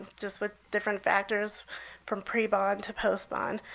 just with different factors from pre-bond to post-bond,